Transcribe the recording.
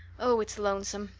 oh, it's lonesome!